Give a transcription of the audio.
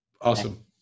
Awesome